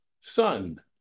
son